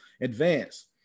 advance